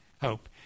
hope